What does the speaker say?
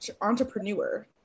entrepreneur